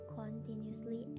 continuously